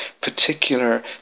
particular